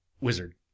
Wizard